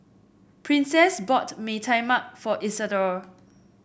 Princess bought Mee Tai Mak for Isadore